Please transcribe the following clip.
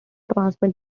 transmit